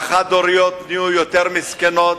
החד-הוריות נהיו יותר מסכנות,